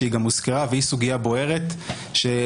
שהיא גם הוזכרה והיא סוגיה בוערת שיכול